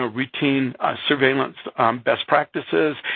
ah routine surveillance best practices